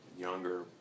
younger